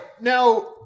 now